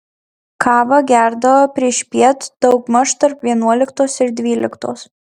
kavą gerdavo priešpiet daugmaž tarp vienuoliktos ir dvyliktos